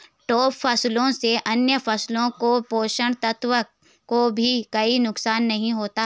trap फसलों से अन्य फसलों के पोषक तत्वों को भी कोई नुकसान नहीं होता